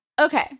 Okay